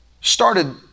started